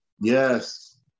Yes